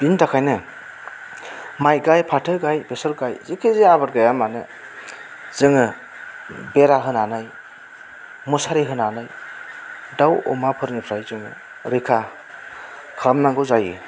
बिनि थाखायनो माइ गाय फाथो गाय बेसर गाय जिखियजाया आबाद गायामानो जोङो बेरा होनानै मुसारि होनानै दाउ अमाफोरनिफ्राइ जोङो रैखा खालामनांगौ जायो